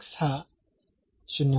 तर हे एक्सप्रेशन 0 असणे आवश्यक आहे